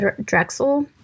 Drexel